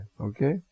Okay